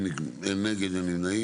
הצבעה אושר.